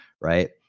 right